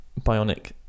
bionic